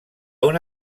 una